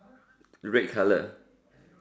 red colour